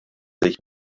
sich